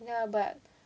ya but